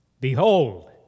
Behold